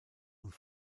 und